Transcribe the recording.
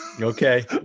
Okay